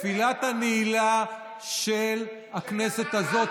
בתפילת הנעילה של הכנסת הזאת.